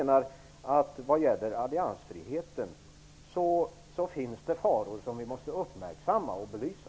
När det gäller alliansfriheten menar jag att det finns faror som vi måste uppmärksamma och belysa.